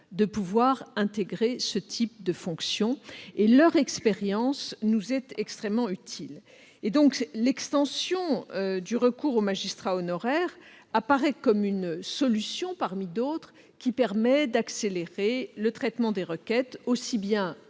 de pouvoir intégrer ce type de fonction, et leur expérience nous est extrêmement utile. L'extension du recours aux magistrats honoraires apparaît comme une solution parmi d'autres qui permet d'accélérer le traitement des requêtes aussi bien